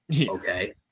okay